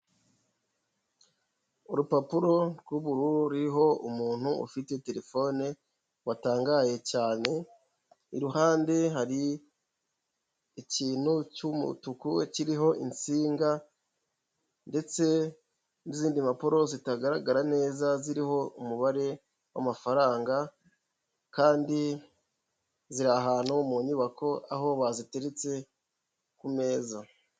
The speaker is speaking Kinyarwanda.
Urupapuro rw'ubururu ruriho umuntu ufite terefone watangaye cyane iruhande hari ikintu cy'umutuku kiriho insinga ndetse n'izindi mpapuro zitagaragara neza ziriho umubare w'amafaranga kandi ziri ahantu mu nyubako aho baziteretse ku meza.